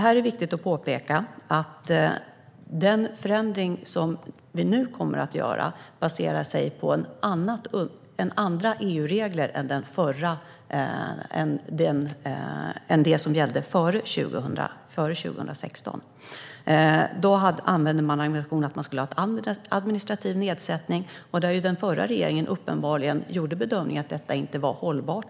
Här är det viktigt att påpeka att den förändring som vi nu kommer att göra baserar sig på andra EU-regler än vad som var fallet före 2016. Då hade man ambitionen att man skulle ha en administrativ nedsättning. Den förra regeringen gjorde uppenbarligen bedömningen att detta inte var hållbart.